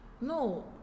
no